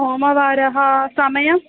सोमवासरः समयः